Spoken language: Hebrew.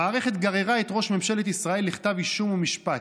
המערכת גררה את ראש ממשלת ישראל לכתב אישום ומשפט.